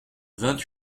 vingt